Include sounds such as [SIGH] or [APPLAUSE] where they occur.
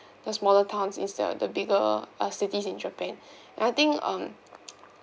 the smaller towns instead of the bigger uh cities in japan and I think um [NOISE]